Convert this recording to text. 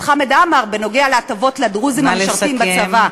חמד עמאר בנוגע להטבות לדרוזים המשרתים בצבא?